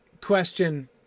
question